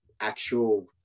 actual